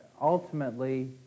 ultimately